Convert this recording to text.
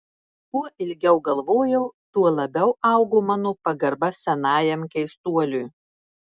kuo ilgiau galvojau tuo labiau augo mano pagarba senajam keistuoliui